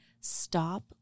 Stop